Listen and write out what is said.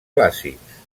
clàssics